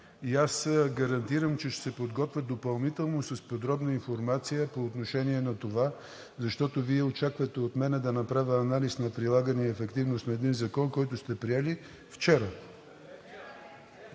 и аз гарантирам, че ще се подготвя допълнително с подробна информация по отношение на това, защото Вие очаквате от мен да направя анализ на прилагане и ефективност на един закон, който сте приели вчера.